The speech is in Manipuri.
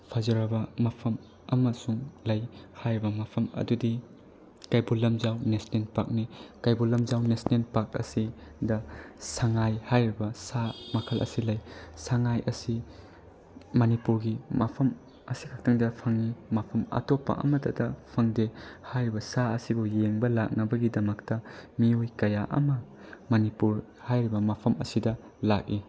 ꯐꯖꯔꯕ ꯃꯐꯝ ꯑꯃꯁꯨꯡ ꯂꯩ ꯍꯥꯏꯔꯤꯕ ꯃꯐꯝ ꯑꯗꯨꯗꯤ ꯀꯩꯕꯨꯜ ꯂꯝꯖꯥꯎ ꯅꯦꯁꯅꯦꯜ ꯄꯥꯛꯅꯤ ꯀꯩꯕꯨꯜ ꯂꯝꯖꯥꯎ ꯅꯦꯁꯅꯦꯜ ꯄꯥꯛ ꯑꯁꯤꯗ ꯁꯉꯥꯏ ꯍꯥꯏꯔꯤꯕ ꯁꯥ ꯃꯈꯜ ꯑꯁꯤ ꯂꯩ ꯁꯉꯥꯏ ꯑꯁꯤ ꯃꯅꯤꯄꯨꯔꯒꯤ ꯃꯐꯝ ꯑꯁꯤꯈꯛꯇꯪꯗ ꯐꯪꯏ ꯃꯐꯝ ꯑꯇꯣꯞꯄ ꯑꯃꯠꯇꯗ ꯐꯪꯗꯦ ꯍꯥꯏꯔꯤꯕ ꯁꯥ ꯑꯁꯤꯕꯨ ꯌꯦꯡꯕ ꯂꯥꯛꯅꯕꯒꯤꯗꯃꯛꯇ ꯃꯤꯑꯣꯏ ꯀꯌꯥ ꯑꯃ ꯃꯅꯤꯄꯨꯔ ꯍꯥꯏꯔꯤꯕ ꯃꯐꯝ ꯑꯁꯤꯗ ꯂꯥꯛꯏ